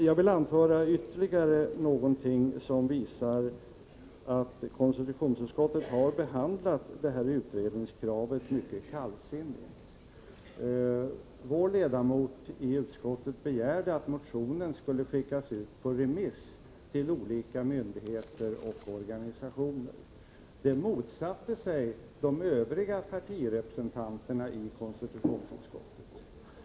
Jag vill anföra ytterligare någonting som visar att konstitutionsutskottet har behandlat det här utredningskravet mycket kallsinnigt. Vår ledamot i utskottet begärde att motionen skulle skickas ut på remiss till olika myndigheter och organisationer. Det motsatte sig de övriga partiernas representanter i konstitutionsutskottet.